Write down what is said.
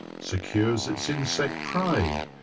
secures its insect prey,